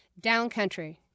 Downcountry